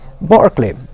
Barclay